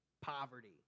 poverty